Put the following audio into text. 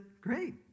great